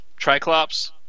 Triclops